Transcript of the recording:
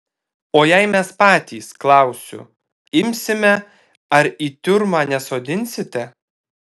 o jei mes patys klausiu imsime ar į tiurmą nesodinsite